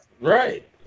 right